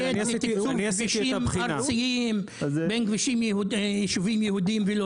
לתקצוב כבישים ארציים בין יישובים יהודיים ולא.